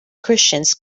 christians